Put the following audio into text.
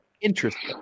Interesting